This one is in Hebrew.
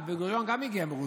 ובן-גוריון גם הגיע מרוסיה.